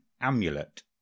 amulet